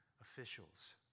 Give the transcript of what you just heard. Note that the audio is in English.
officials